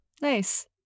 nice